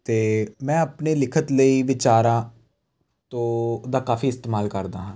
ਅਤੇ ਮੈਂ ਆਪਣੇ ਲਿਖਤ ਲਈ ਵਿਚਾਰਾਂ ਤੋਂ ਉਹਦਾ ਕਾਫੀ ਇਸਤੇਮਾਲ ਕਰਦਾ ਹਾਂ